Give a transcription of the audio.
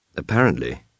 Apparently